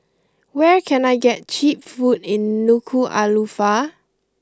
where can I get cheap food in Nuku'alofa